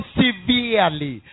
severely